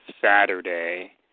Saturday